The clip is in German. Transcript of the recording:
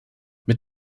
mit